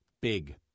big